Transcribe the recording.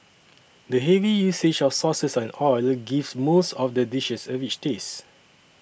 the heavy usage of sauces and oil gives most of the dishes a rich taste